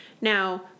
Now